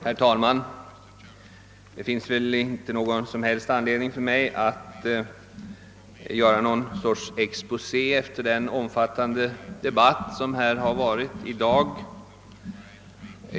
Herr talman! Det finns väl inte någon som helst anledning för mig att göra någon exposé efter den omfattande debatt som har förts i dag.